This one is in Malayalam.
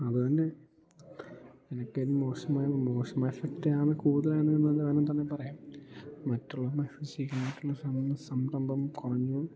അതുതന്നെ എനിക്കൊരു മോശമായ മോശം എഫക്ടാണ് കൂടുതലെന്ന് വേണമെങ്കിൽ തന്നെ പറയാം മറ്റുള്ള ശീലമായിട്ടുള്ള സംരംഭം കുറഞ്ഞു